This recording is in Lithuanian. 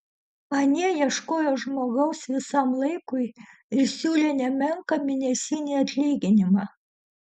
anie ieškojo žmogaus visam laikui ir siūlė nemenką mėnesinį atlyginimą